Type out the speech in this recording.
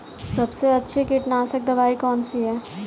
सबसे अच्छी कीटनाशक दवाई कौन सी है?